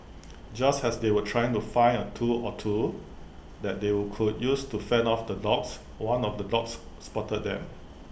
just as they were trying to find A tool or two that they could use to fend off the dogs one of the dogs spotted them